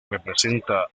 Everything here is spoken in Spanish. representa